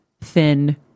thin